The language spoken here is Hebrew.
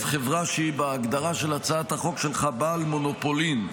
חברה שהיא בהגדרה של הצעת החוק שלך בעל מונופולין,